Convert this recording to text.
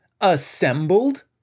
assembled